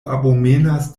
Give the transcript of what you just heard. abomenas